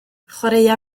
chwaraea